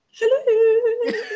hello